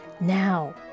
Now